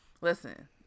Listen